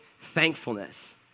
thankfulness